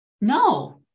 No